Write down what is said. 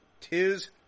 Tis